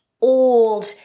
old